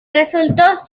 resultó